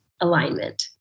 alignment